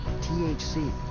THC